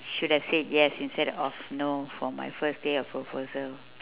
should have said yes instead of no for my first day of proposal